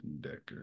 Decker